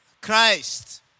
Christ